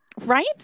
Right